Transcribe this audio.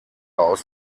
aus